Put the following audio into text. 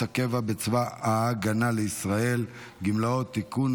הקבע בצבא הגנה לישראל (גמלאות) (תיקון,